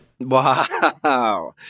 Wow